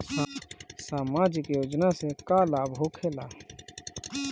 समाजिक योजना से का लाभ होखेला?